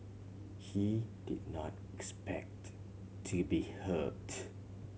he did not expect to be hooked